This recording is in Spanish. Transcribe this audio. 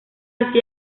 así